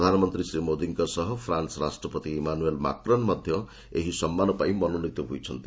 ପ୍ରଧାନମନ୍ତ୍ରୀ ଶ୍ରୀ ମୋଦିଙ୍କ ସହ ଫ୍ରାନ୍ସ ରାଷ୍ଟ୍ରପତି ଇମାନୁଏଲ୍ ମାକ୍ରନ୍ ମଧ୍ୟ ଏଇ ସମ୍ମାନ ପାଇଁ ମନୋନିତ ହୋଇଛନ୍ତି